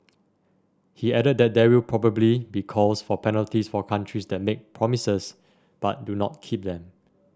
he added that there will probably be calls for penalties for countries that make promises but do not keep them